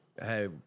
hey